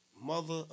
Mother